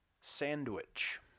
Sandwich